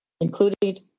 included